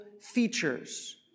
features